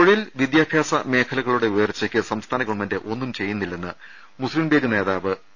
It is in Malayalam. തൊഴിൽ വിദ്യാഭ്യാസ മേഖലകളുടെ ഉയർച്ചക്ക് സംസ്ഥാന് ഗവൺമെന്റ് ഒന്നും ചെയ്യുന്നില്ലെന്ന് മുസ്ലീം ലീഗ് നേതാവ് പി